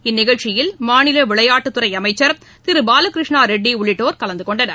இந்நிகழ்ச்சியில் மாநில விளையாட்டுத்துறை அமைச்சர் திரு பாலகிருஷ்ணா ரெட்டி உள்ளிட்டோர் கலந்துகொண்டனர்